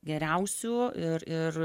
geriausiu ir ir